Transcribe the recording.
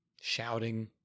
shouting